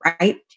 Right